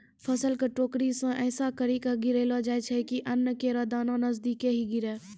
फसल क टोकरी सें ऐसें करि के गिरैलो जाय छै कि अन्न केरो दाना नजदीके ही गिरे